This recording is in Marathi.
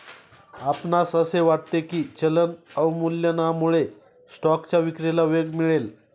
आपणास असे वाटते की चलन अवमूल्यनामुळे स्टॉकच्या विक्रीला वेग मिळेल?